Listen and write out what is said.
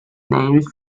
names